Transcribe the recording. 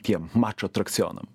tiem mačo atrakcionam